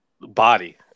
body